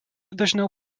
dažniau